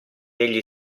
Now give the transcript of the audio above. egli